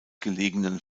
gelegenen